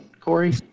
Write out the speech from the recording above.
Corey